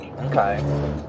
Okay